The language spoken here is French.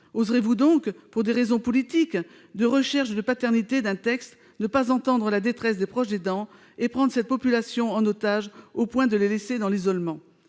Oserez-vous donc, pour des raisons politiques de recherche de paternité d'un texte, ne pas entendre la détresse des proches aidants et prendre cette population en otage, au point de les laisser dans l'isolement ?